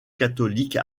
catholique